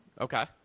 Okay